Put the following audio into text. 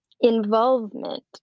involvement